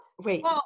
Wait